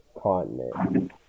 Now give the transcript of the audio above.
continent